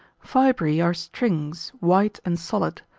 fibrae are strings, white and solid,